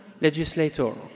legislator